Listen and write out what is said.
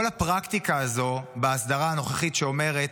כל הפרקטיקה הזאת בהסדרה הנוכחית שאומרת: